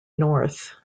north